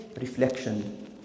reflection